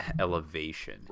elevation